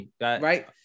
Right